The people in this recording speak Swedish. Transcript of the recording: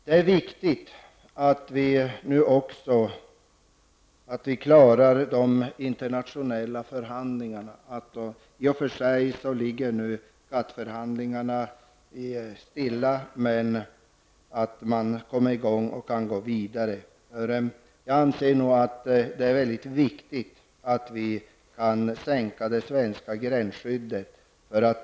Nu är det också viktigt att vi klarar av de internationella förhandlingarna -- GATT förhandlingarna ligger ju i och för sig stilla nu -- och kan gå vidare. Jag anser att det är mycket viktigt att vi kan sänka de svenska gränsskyddet.